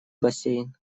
бассейн